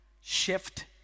shift